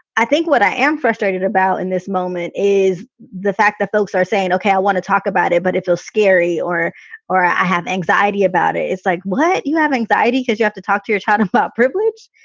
i think what i am frustrated about in this moment is the fact that folks are saying, ok, i want to talk about it. but if it's scary or or i have anxiety about it, it's like what? you have anxiety because you have to talk to your child about privilege.